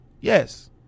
yes